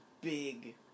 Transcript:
big